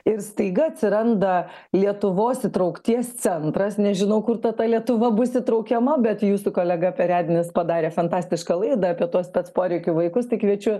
ir staiga atsiranda lietuvos įtraukties centras nežinau kur ta ta lietuva bus įtraukiama bet jūsų kolega perednis padarė fantastišką laidą apie tuos spec poreikių vaikus tai kviečiu